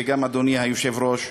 וגם אדוני היושב-ראש,